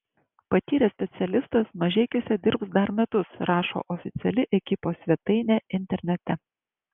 patyręs specialistas mažeikiuose dirbs dar metus rašo oficiali ekipos svetainė internete